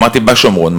אמרתי בַּשומרון,